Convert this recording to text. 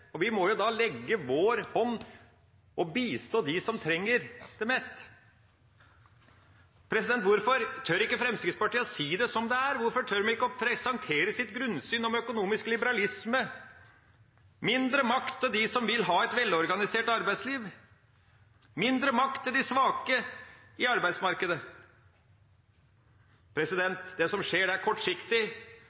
og vi må jo da gi en hånd og bistå dem som trenger det mest. Hvorfor tør ikke Fremskrittspartiet å si det som det er, hvorfor tør de ikke å presentere sitt grunnsyn om økonomisk liberalisme, mindre makt til dem som vil ha et velorganisert arbeidsliv, mindre makt til de svake i arbeidsmarkedet? Det som skjer, er kortsiktig,